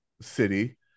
city